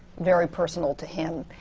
very personal to him.